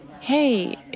Hey